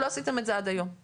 לא עשיתם את זה עד היום, נכון?